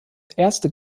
erste